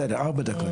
בסדר, ארבע דקות.